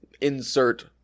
insert